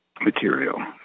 material